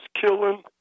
killing